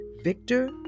Victor